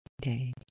day